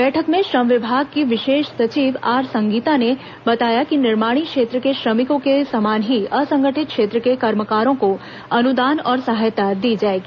बैठक में श्रम विभाग की विशेष सचिव आर संगीता ने बताया कि निर्माणी क्षेत्र के श्रमिकों के समान ही असंगठित क्षेत्र के कर्मकारों को अनुदान और सहायता दी जाएगी